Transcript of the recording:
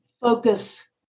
focus